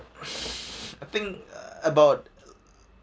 I think about